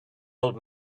old